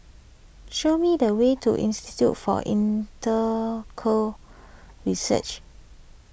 show me the way to Institute for Research